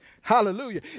Hallelujah